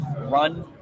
run